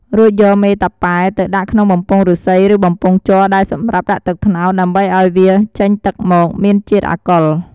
រួចយកមេតាប៉ែទៅដាក់ក្នុងបំពង់ឬស្សី ឬបំពង់ជ័រ ដែលសម្រាប់ដាក់ទឹកត្នោត ដើម្បីឱ្យពេលវាចេញទឹកមកមានជាតិអាកុល។